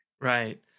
Right